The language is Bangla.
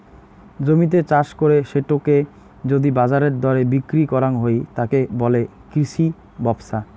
জমিতে চাষ করে সেটোকে যদি বাজারের দরে বিক্রি করাং হই, তাকে বলে কৃষি ব্যপছা